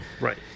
Right